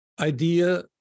idea